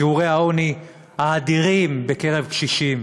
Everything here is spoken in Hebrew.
שיעורי העוני האדירים בקרב קשישים,